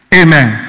amen